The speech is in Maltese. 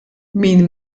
min